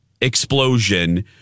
explosion